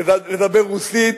לדבר רוסית,